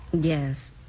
Yes